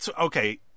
Okay